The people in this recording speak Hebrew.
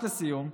אבל ממש לסיום,